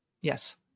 Yes